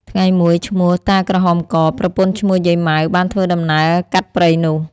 ថ្ងៃមួយ ឈ្មោះ តាក្រហមក ប្រពន្ធឈ្មោះយាយម៉ៅ បានធ្វើដំណើរកាត់ព្រៃនោះ ។